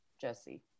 Jesse